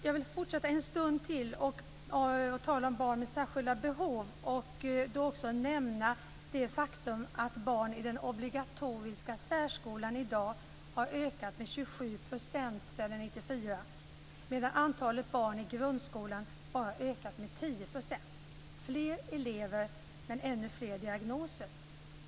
Jag vill fortsätta en stund till att tala om barn med särskilda behov och då också nämna det faktum att antalet barn i den obligatoriska särskolan har ökat med 27 % sedan 1994, medan antalet barn i grundskolan bara ökat med 10 %. Det är fler elever, men ännu fler diagnoser.